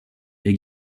est